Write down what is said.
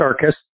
circus